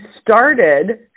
started